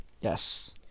Yes